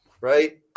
right